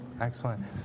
Excellent